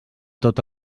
tot